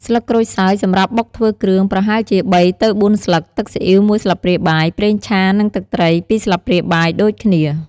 ស្លឹកក្រូចសើច សម្រាប់បុកធ្វើគ្រឿង ប្រហែលជា ៣ទៅ៤ ស្លឹក ទឹកស៊ីអ៉ីវ ១ ស្លាបព្រាបាយ ប្រេងឆា និងទឹកត្រី ២ ស្លាបព្រាបាយដូចគ្នា។